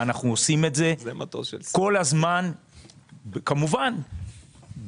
ואנחנו עושים את זה כל הזמן כמובן בראייה